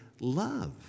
love